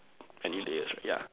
any layers right yeah